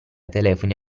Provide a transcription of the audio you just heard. telefoni